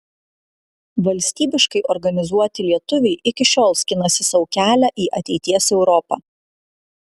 valstybiškai organizuoti lietuviai iki šiol skinasi sau kelią į ateities europą